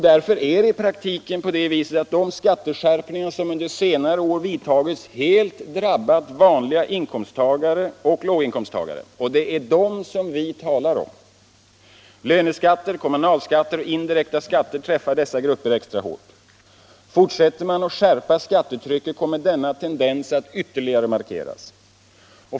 Därför har i praktiken de skatteskärpningar som under senare år vidtagits helt drabbat vanliga inkomsttagare och låginkomsttagare, och det är det vi moderater talar om. Löneskatt, kommunalskatt och indirekta skatter träffar dessa grupper extra hårt. Fortsätter man att skärpa skattetrycket kommer den tendensen att ytterligare markeras.